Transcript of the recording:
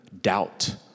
doubt